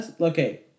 okay